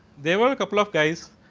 they was couple of guys,